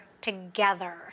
together